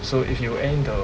so if you add in the